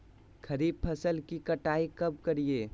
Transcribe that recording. खरीफ फसल की कटाई कब करिये?